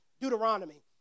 Deuteronomy